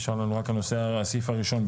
נשאר לנו רק הסעיף הראשון.